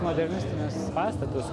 modernistinius pastatus